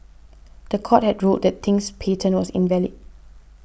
the court had ruled that Ting's patent was invalid